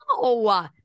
No